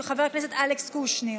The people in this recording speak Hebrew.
חבר הכנסת אלכס קושניר,